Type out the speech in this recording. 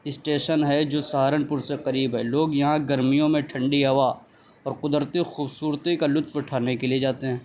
station ہے جو سہارنپور سے قریب ہے لوگ یہاں گرمیوں میں ٹھنڈی ہوا اور قدرتی خوبصورتی کا لطف اٹھانے کے لیے جاتے ہیں